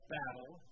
battle